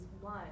one